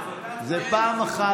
זה פעם אחת.